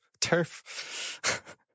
Turf